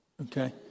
Okay